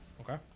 Okay